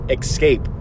Escape